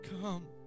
come